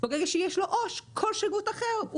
ברגע שיש לו עו"ש שלהם או כל שירות אחר,